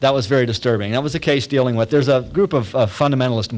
that was very disturbing it was a case dealing with there's a group of fundamentalist